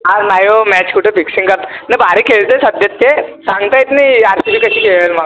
अरे नाही हो मॅच कुठे फिक्सिंग करता नाही भारी खेळत आहेत सध्या ते सांगता येत नाही आर सी बी कशी खेळेल मग